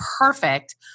perfect